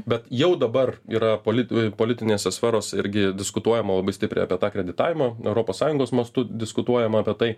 bet jau dabar yra polit e politinėse sferose irgi diskutuojama labai stipriai apie tą kreditavimo europos sąjungos mastu diskutuojama apie tai